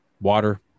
water